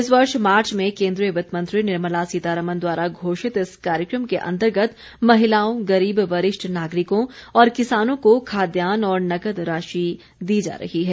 इस वर्ष मार्च में केन्द्रीय वित्त मंत्री निर्मला सीतारामन द्वारा घोषित इस कार्यक्रम के अंतर्गत महिलाओं गरीब वरिष्ठ नागरिकों और किसानों को खाद्यान्न और नकद राशि दी जा रही है